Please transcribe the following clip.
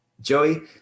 Joey